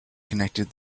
connected